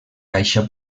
caixa